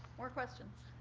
more questions?